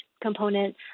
component